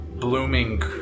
blooming